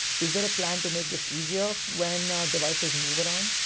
is there a plan to make this easier when devices move around?